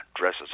dresses